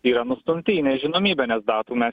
yra nustumti į nežinomybę nes datų mes